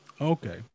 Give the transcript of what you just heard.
Okay